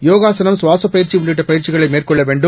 யோகாசனம் சுவாசப்பயிற்சிஉள்ளிட்டபயிற்சிகளைமேற்கொள்ளவேண் டும்